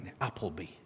Appleby